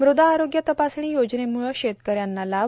मृदा आरोग्य तपासणी योजनेमुळं शेतकऱ्यांना लाभ